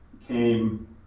came